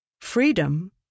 Freedom